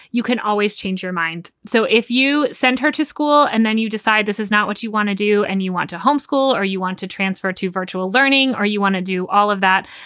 you can always change your mind. so if you send her to school and then you decide this is not what you want to do and you want to homeschool or you want to transfer to virtual learning or you want to do all of that,